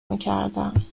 میکردم